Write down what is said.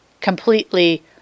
completely